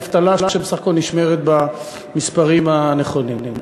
האבטלה שבסך הכול נשמרת במספרים הנכונים.